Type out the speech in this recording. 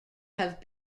have